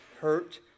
hurt